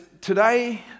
today